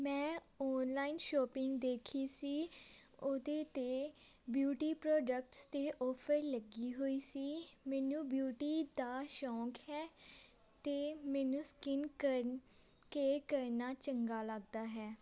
ਮੈਂ online shopping ਦੇਖੀ ਸੀ ਉਹਦੇ 'ਤੇ ਬਿਊਟੀ ਪ੍ਰੋਡਕਟਸ 'ਤੇ ਔਫਰ ਲੱਗੀ ਹੋਈ ਸੀ ਮੈਨੂੰ ਬਿਊਟੀ ਦਾ ਸ਼ੌਂਕ ਹੈ ਅਤੇ ਮੈਨੂੰ ਸਕਿੰਨ ਕਰਨ ਕੇ ਕਰਨਾ ਚੰਗਾ ਲੱਗਦਾ ਹੈ